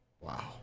Wow